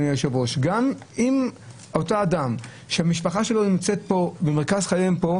אם אותו אדם שמשפחתו נמצאת כאן ומרכז חייה כאן,